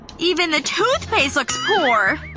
even the toothpaste looks poor